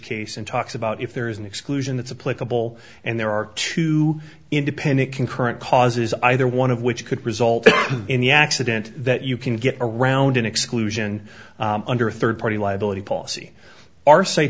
case and talks about if there is an exclusion that's a political and there are two independent concurrent causes either one of which could result in the accident that you can get around an exclusion under a third party liability policy